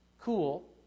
Cool